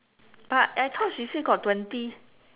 but I thought she said got twenty